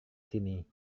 sini